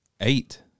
Eight